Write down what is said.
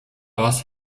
was